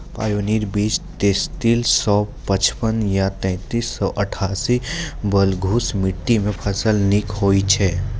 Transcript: Pioneer बीज तेंतीस सौ पचपन या तेंतीस सौ अट्ठासी बलधुस मिट्टी मे फसल निक होई छै?